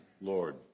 Lord